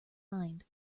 mind